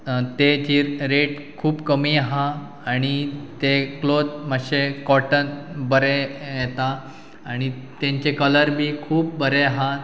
ते जे रेट खूब कमी आसा आनी ते क्लोथ मातशें कॉटन बरें येता आनी तांचे कलर बी खूब बरें आसा